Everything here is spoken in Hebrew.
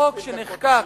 החוק שנחקק